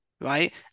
right